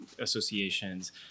associations